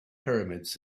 pyramids